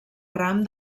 ram